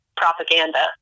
propaganda